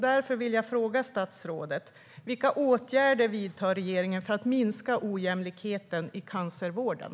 Därför vill jag fråga statsrådet: Vilka åtgärder vidtar regeringen för att minska ojämlikheten i cancervården?